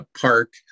park